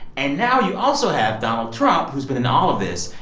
and now you also have donald trump, who's been in all of this,